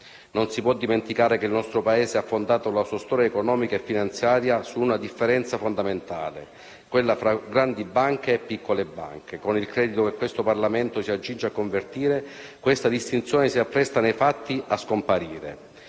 Non si può dimenticare che il nostro Paese ha fondato la sua storia economica e finanziaria su una differenza fondamentale: quella fra grandi banche e piccole banche. Con il decreto-legge che questo Parlamento si accinge a convertire, questa distinzione si appresta nei fatti a scomparire.